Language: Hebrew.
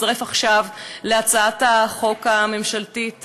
תצטרף עכשיו להצעת החוק הממשלתית